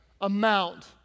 amount